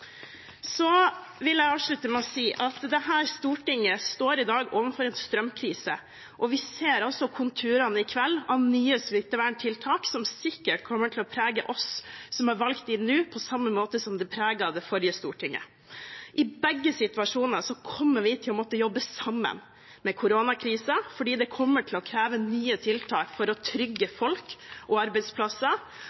vil avslutte med å si at dette storting i dag står overfor en strømkrise, og i kveld ser vi også konturene av nye smitteverntiltak som sikkert kommer til å prege oss som er valgt inn nå, på samme måte som det preget det forrige storting. I begge situasjoner kommer vi til å måtte jobbe sammen – med koronakrisen, fordi den kommer til å kreve nye tiltak for å trygge